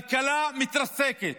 כלכלה, מתרסקת,